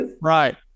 right